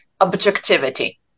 Objectivity